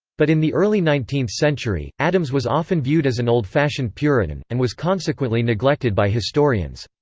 but in the early nineteenth century, adams was often viewed as an old-fashioned puritan, and was consequently neglected by historians.